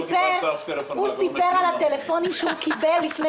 הוא סיפר על הטלפונים שהוא קיבל לפני